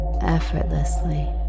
effortlessly